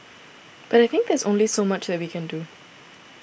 but I think there's only so much that we can do